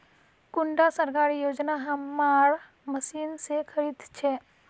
कुंडा सरकारी योजना हमार मशीन से खरीद छै?